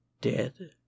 dead